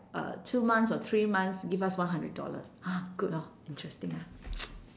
uh two months or three months give us one hundred dollars ha good hor interesting ah